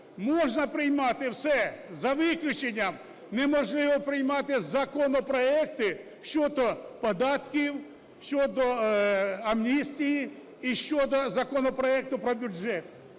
можна приймати все, за виключенням неможливо приймати законопроекти щодо податків, щодо амністії і щодо законопроекту про бюджет.